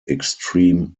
extreme